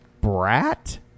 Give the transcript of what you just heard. brat